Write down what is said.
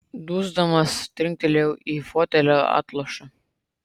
dusdamas trinktelėjau į fotelio atlošą